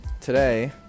today